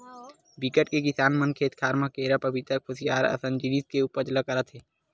बिकट के किसान मन खेत खार म केरा, पपिता, खुसियार असन जिनिस के उपज ल करत हे